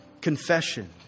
confession